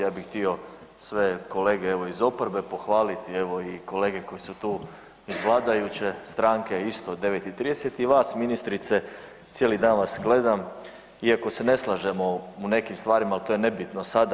Ja bih htio sve kolege evo iz oporbe pohvaliti, evo i kolege koji su tu iz vladajuće stranke isto od 9,30 i vas ministrice cijeli dan vas gledam iako se ne slažemo u nekim stvarima ali to je nebitno sada.